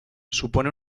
supone